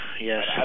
Yes